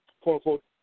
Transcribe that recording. quote-unquote